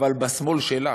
אבל בשמאל שלה